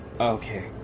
Okay